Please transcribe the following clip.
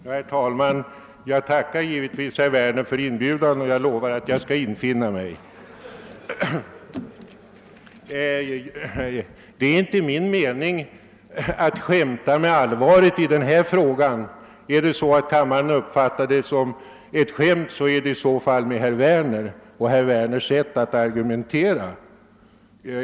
Herr talman! Jag tackar givetvis herr Werner för hans inbjudan och lovar att jag skall infinna mig. Det är inte min mening att skämta bort denna fråga. Om kammaren uppfattar mina ord som ett skämt gäller det i så fall herr Werner och hans sätt att argumentera.